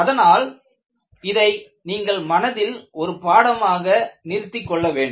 அதனால் இதை மனதில் நீங்கள் ஒரு பாடமாக நிறுத்திக் கொள்ள வேண்டும்